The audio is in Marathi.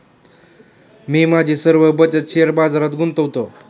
मी माझी सर्व बचत शेअर बाजारात गुंतवतो